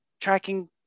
tracking